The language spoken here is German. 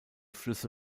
flüsse